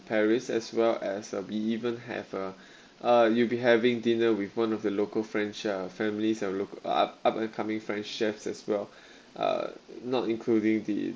paris as well as uh we even have uh uh you'll be having dinner with one of the local french uh families uh look up up and coming french chefs as well uh not including the